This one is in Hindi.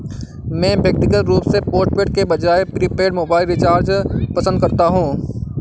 मैं व्यक्तिगत रूप से पोस्टपेड के बजाय प्रीपेड मोबाइल रिचार्ज पसंद करता हूं